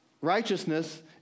righteousness